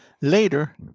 Later